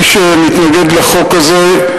מי שמתנגד לחוק הזה,